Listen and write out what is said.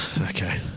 okay